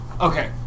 Okay